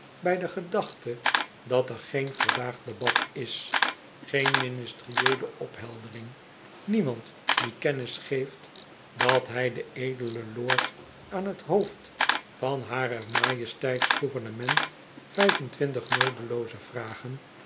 bij de gedachte dat er geen verdaagd debat is geen ministerieele opheldering niemand die kennis geeft dat hij den edelen lord aan t hoofd van harer majesteits gouvernement v f en twintig noodelooze vragen